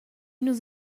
nu’s